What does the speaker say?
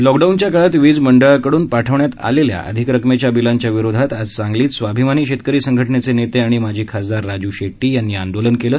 लॉकडॉऊनच्या काळात वीज मंडळाकड्रन पाठवण्यात आलेल्या अधिक रकमेच्या बिलांच्या विरोधात आज सांगलीत स्वाभिमानी शेतकरी संघटनेचे नेते आणि माजी खासदार राजू शेट्टी यांनी आंदोलन केलं